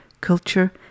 culture